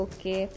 Okay